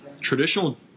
traditional